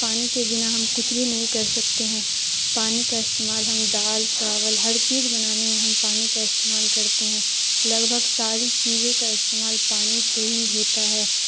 پانی کے بنا ہم کچھ بھی نہیں کر سکتے ہیں پانی کا استعمال ہم دال چاول ہڑ چیز بنانے میں ہم پانی کا استعمال کرتے ہیں لگ بھگ ساری چیزوں کا استعمال پانی سے ہی ہوتا ہے